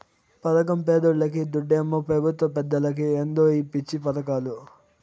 పదకం పేదోల్లకి, దుడ్డేమో పెబుత్వ పెద్దలకి ఏందో ఈ పిచ్చి పదకాలు